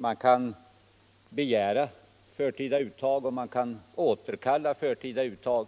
Man kan begära förtida uttag, och man kan återkalla förtida uttag